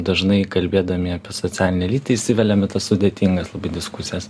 dažnai kalbėdami apie socialinę lytį įsiveliam į tas sudėtingas labai diskusijas